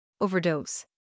overdose